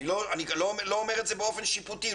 אני לא אומר את זה באופן שיפוטי,